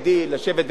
לשבת ולדבר.